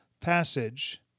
passage